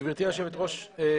גברתי היושבת ראש,